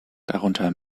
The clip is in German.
darunter